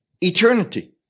eternity